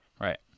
right